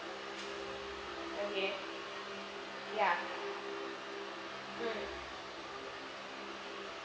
okay ya mm